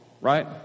right